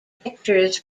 pictures